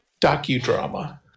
docudrama